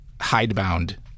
hidebound